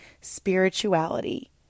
spirituality